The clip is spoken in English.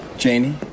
Janie